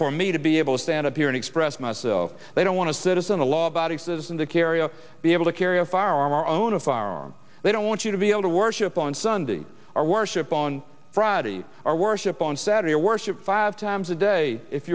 for me to be able to stand up here and express myself they don't want to citizen a law abiding citizen to carry a be able to carry a firearm or own a firearm they don't want you to be able to worship on sunday or worship on friday or worship on saturday or worship five times a day if